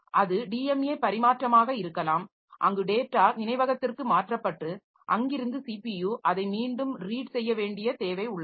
அது டிஎம்ஏ பரிமாற்றமாக இருக்கலாம் அங்கு டேட்டா நினைவகத்திற்கு மாற்றப்பட்டு அங்கிருந்து ஸிபியு அதை மீண்டும் ரீட் செய்ய வேண்டிய தேவை உள்ளது